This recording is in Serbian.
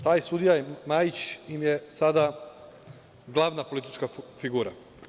Taj sudija Majić im je sada glavna politička figura.